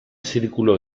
círculo